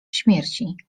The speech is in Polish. śmierci